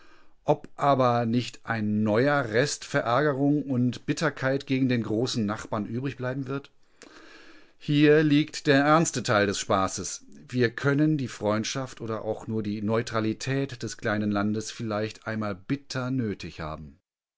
ob aber nicht ein neuer rest verärgerung und bitterkeit gegen den großen nachbarn übrig bleiben wird hier liegt der ernste teil des spaßes wir können die freundschaft oder auch nur die neutralität des kleinen landes vielleicht einmal bitter nötig haben